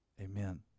Amen